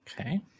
Okay